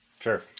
Sure